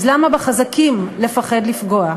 אז למה בחזקים לפחד לפגוע?